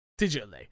digitally